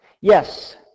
Yes